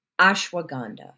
Ashwagandha